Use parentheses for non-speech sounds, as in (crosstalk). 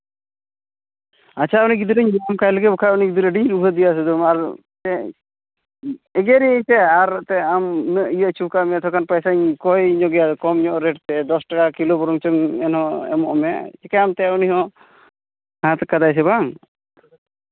ᱟᱪᱪᱷᱟ ᱩᱱᱤ ᱜᱤᱫᱽᱨᱟᱹᱧ ᱵᱚᱫᱚᱞ ᱠᱟᱭ ᱞᱮᱜᱮ ᱵᱟᱠᱷᱟᱱ ᱩᱱᱤ ᱜᱤᱫᱽᱨᱟᱹ ᱟᱹᱰᱤᱧ (unintelligible) ᱟᱨ ᱪᱮᱫ ᱮᱜᱮᱨᱮᱭᱟᱹᱧ ᱥᱮ ᱟᱨ ᱮᱱᱛᱮᱫ ᱟᱢ ᱩᱱᱟᱹᱜ ᱤᱭᱟᱹ ᱦᱚᱪᱚ ᱠᱟᱜ ᱢᱮᱭᱟ ᱛᱷᱚᱲᱟ ᱜᱟᱱ ᱯᱚᱭᱥᱟᱧ ᱠᱚᱭ ᱧᱚᱜᱮᱭᱟ ᱠᱚᱢ ᱧᱚᱜ ᱨᱮᱹᱴ ᱛᱮ ᱫᱚᱥ ᱴᱟᱠᱟ ᱠᱤᱞᱳ ᱵᱚᱨᱚᱝ ᱪᱚᱝ ᱮᱱᱦᱚᱸ ᱮᱢᱚᱜ ᱢᱮ ᱪᱤᱠᱟᱹᱭᱟᱢ ᱮᱱᱛᱮᱫ ᱩᱱᱤ ᱦᱚᱸ ᱦᱟᱛ ᱠᱟᱫᱟᱭ ᱥᱮ ᱵᱟᱝ